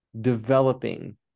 developing